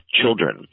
children